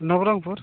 Nabarangpur